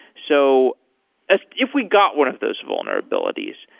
so ah if we got one of those vulnerabilities,